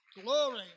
Glory